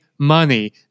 Money